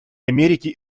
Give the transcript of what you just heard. америки